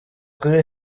kuri